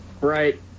right